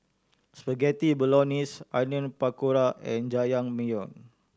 Spaghetti Bolognese Onion Pakora and Jajangmyeon